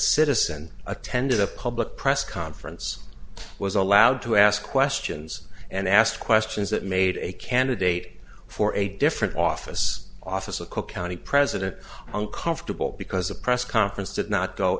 citizen attended a public press conference was allowed to ask questions and asked questions that made a candidate for a different office office a cook county president on comfortable because a press conference did not go